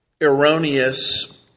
erroneous